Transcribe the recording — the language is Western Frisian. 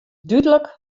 dúdlik